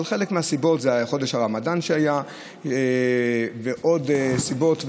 אבל חלק מהסיבות זה חודש הרמדאן שהיה ועוד סיבות.